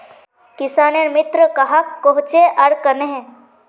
किसानेर मित्र कहाक कोहचे आर कन्हे?